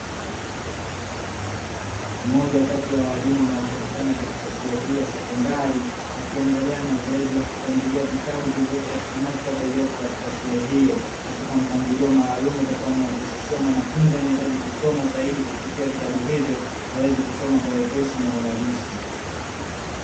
Mmoja kati ya walimu wanaopatikana katika shule hii ya sekondari, akiendelea na zoezi la kupangilia vitabu vilivyopo katika maktaba iliyopo katika shule hiyo, katika mpangilio maalumu utakaomwepesishia mwanafunzi anayehitaji kusoma zaidi kupitia vitabu hivyo, aweze kusoma kwa wepesi na urahisi.